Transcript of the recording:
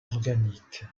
organique